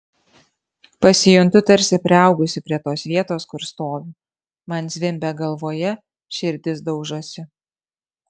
pasijuntu tarsi priaugusi prie tos vietos kur stoviu man zvimbia galvoje širdis daužosi